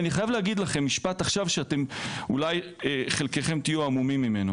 ואני חייב להגיד לכם משפט שאולי חלקכם תהיו המומים ממנו